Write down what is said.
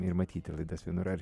ir matyti laidas vienur ar